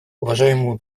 уважаемому